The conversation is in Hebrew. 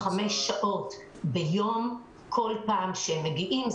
חמש שעות ביום כל פעם כשהם מגיעים.